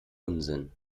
unsinn